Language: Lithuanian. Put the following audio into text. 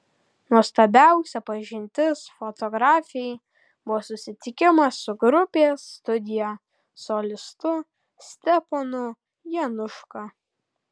nuostabiausia pažintis fotografei buvo susitikimas su grupės studija solistu steponu januška